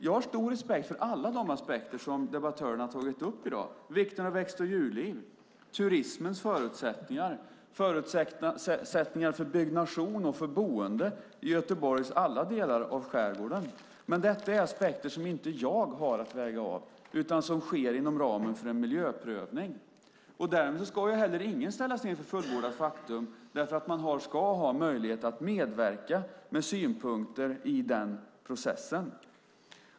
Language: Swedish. Jag har stor respekt för alla de aspekter som debattörerna har tagit upp i dag, som vikten av växt och djurliv, turismens förutsättningar, förutsättningar för byggnation och för boende i alla delar av Göteborgs skärgård. Men detta är aspekter som inte jag har att väga av, utan det sker inom ramen för en miljöprövning. Därmed ska heller ingen ställas inför fullbordat faktum, för man ska ha möjlighet att medverka med synpunkter i den processen.